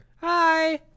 Hi